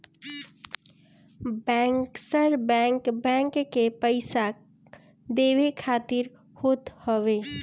bankers bank, bank के पईसा देवे खातिर होत हवे